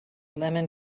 lemon